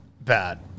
bad